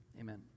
Amen